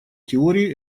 теории